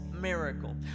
miracle